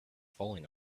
falling